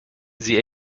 sie